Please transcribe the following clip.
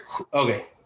okay